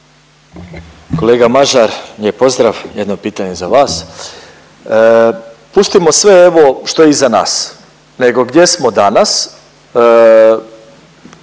Kolega Mažar lijep pozdrav. Jedno pitanje za vas. Pustimo sve ovo što je iza nas nego gdje smo danas.